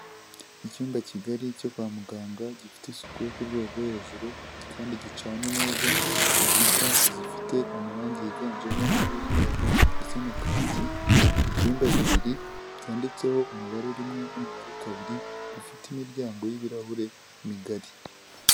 Icyumba kigari cyo kwa muganga gifite isuku yo ku rwego rwo hejuru kandi gicanye neza, inkuta zifite amarange yiganjemo ay'umweru ndetse na kaki, ibyumba bibiri byanditseho umubare rimwe n'umubare kabiri bifite imiryango y'ibirahure migari.